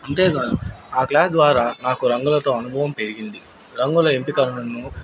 అంతేగాదు ఆ క్లాస్ ద్వారా నాకు రంగులతో అనుభవం పెరిగింది రంగుల ఎంపికరణను